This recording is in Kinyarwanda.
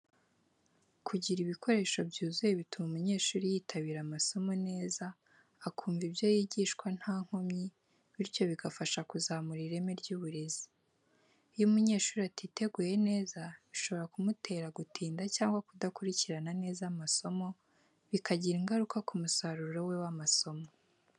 Kugira ibikoresho byuzuye bituma umunyeshuri yitabira amasomo neza, akumva ibyo yigishwa nta nkomyi, bityo bigafasha kuzamura ireme ry’uburezi. Iyo umunyeshuri atiteguye neza, bishobora kumutera gutinda cyangwa kudakurikirana neza amasomo, bikagira ingaruka ku musaruro we w'amasomo.